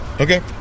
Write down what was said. Okay